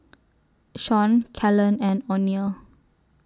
Shawn Kelan and Oneal